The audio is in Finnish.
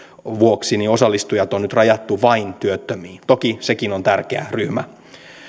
vuoksi osallistujat on nyt rajattu vain työttömiin toki sekin on tärkeä ryhmä